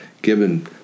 given